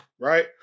Right